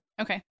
Okay